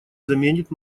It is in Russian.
заменит